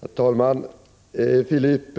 Herr talman! Filip